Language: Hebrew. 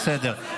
בסדר.